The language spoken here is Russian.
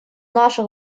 наших